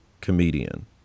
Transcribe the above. comedian